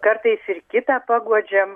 kartais ir kitą paguodžiam